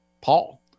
Paul